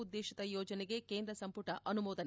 ಉದ್ದೇಶಿತ ಯೋಜನೆಗೆ ಕೇಂದ್ರ ಸಂಪುಟ ಅನುಮೋದನೆ